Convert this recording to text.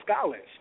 scholars